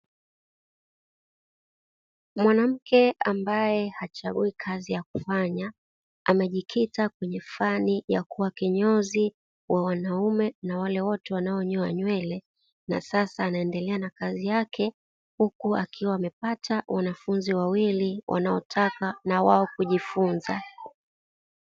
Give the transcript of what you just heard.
Mwanamke ambae hachagui kazi ya kufanya amejikita kwenye fani ya kuwa kinyozi wa wanaume na wale wote wanaonyoa nywele, na sasa anaendelea na kazi yake, huku akiwa amepata wanafunzi wawili wanaotaka na wao kujifunza.